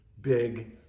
big